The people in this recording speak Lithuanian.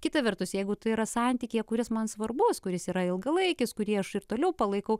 kita vertus jeigu tai yra santykyje kuris man svarbus kuris yra ilgalaikis kurį aš ir toliau palaikau